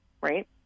right